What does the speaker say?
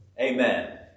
Amen